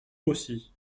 aussi